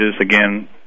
again